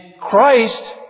Christ